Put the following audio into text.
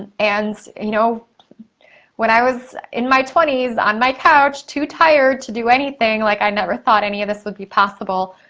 and and you know when i was in my twenty s on my couch too tired to do anything, like i never thought any of this would be possible.